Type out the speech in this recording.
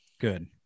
good